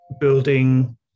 building